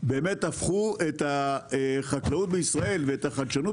הפכו את החקלאות בישראל ואת החדשנות